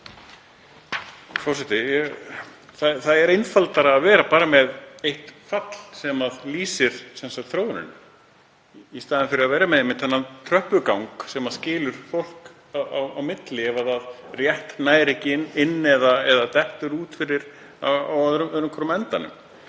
Er ekki einfaldara að vera bara með eitt fall sem lýsir þróuninni í staðinn fyrir að vera með þennan tröppugang sem skilur fólk eftir ef það rétt nær ekki inn eða dettur út fyrir á öðrum hvorum endanum?